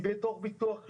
היא בתוך ביטוח לאומי,